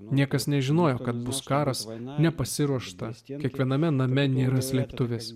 niekas nežinojo kad bus karas vaina nepasiruoštas tiek kiekviename name nėra slėptuvės